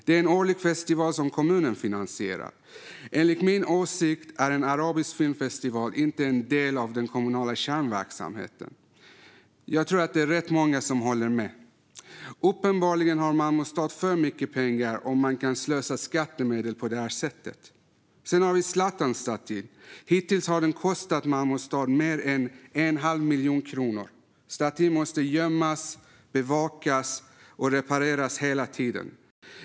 Det är en årlig festival som kommunen finansierar. Enligt min åsikt är en arabisk filmfestival inte en del av den kommunala kärnverksamheten. Jag tror att det är rätt många som håller med. Uppenbarligen har Malmö stad för mycket pengar om man kan slösa skattemedel på det här sättet. Sedan har vi Zlatanstatyn. Hittills har den kostat Malmö stad mer än en halv miljon kronor. Statyn måste gömmas, bevakas och repareras hela tiden.